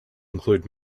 include